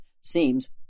seems